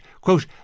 quote